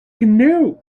canoe